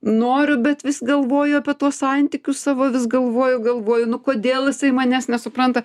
noriu bet vis galvoju apie tuos santykius savo vis galvoju galvoju nu kodėl jisai manęs nesupranta